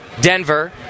Denver